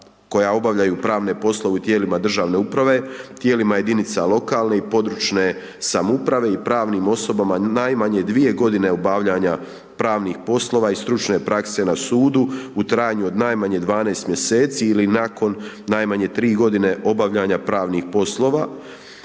koja obavlja pravne poslove u tijelima državne uprave, tijelima jedinica lokalne i područne samouprave i pravnim osobama najmanje 2 godine obavljanja pravnih poslova i stručne prakse na sudu u trajanju od najmanje 12 mjeseci ili nakon najmanje 3 godine obavljanja pravnih poslova